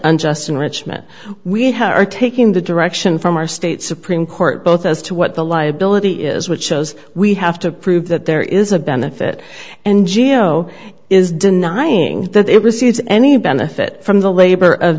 unjust enrichment we have are taking the direction from our state supreme court both as to what the liability is which shows we have to prove that there is a benefit and g a o is denying that it receives any benefit from the labor of